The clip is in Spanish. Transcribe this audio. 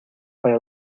para